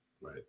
Right